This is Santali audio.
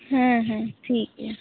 ᱦᱮᱸ ᱦᱮᱸ ᱴᱷᱤᱠ ᱜᱮᱭᱟ